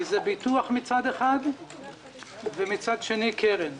כי זה ביטוח מצד אחד ומצד שני קרן.